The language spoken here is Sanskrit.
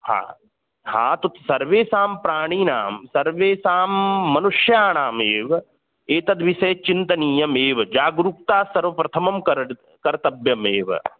हा हा तत् सर्वेषां प्राणिनां सर्वेषां मनुष्याणामेव एतद् विषये चिन्तनीयमेव जागरूकता सर्वप्रथमं करणं कर्तव्यमेव